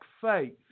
faith